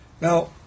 Now